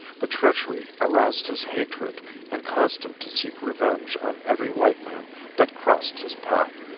but treachery aroused his hatred and caused him to seek revenge on every white man that crossed his path.